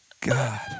God